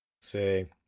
say